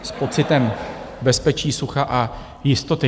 S pocitem bezpečí, sucha a jistoty.